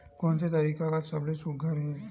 कोन से तरीका का सबले सुघ्घर हे?